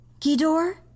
Gidor